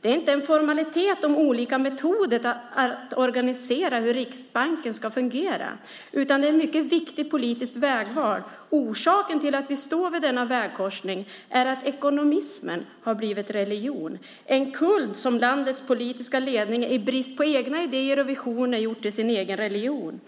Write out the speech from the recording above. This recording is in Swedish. "Det är inte en formalitet om olika metoder att organisera hur Riksbanken skall fungera, utan det är ett mycket viktigt politiskt vägval. Orsaken till att vi står vid denna vägkorsning är att ekonomismen har blivit religion, en kult som landets politiska ledning i brist på egna idéer och visioner har gjort till sin egen religion.